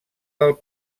del